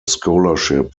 scholarship